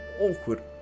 awkward